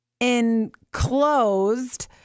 enclosed